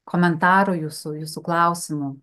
komentarų jūsų jūsų klausimų